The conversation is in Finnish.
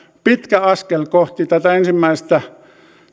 pitkä askel kohti tätä ensimmäistä